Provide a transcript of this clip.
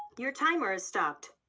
your timer has stopped.